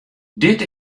dit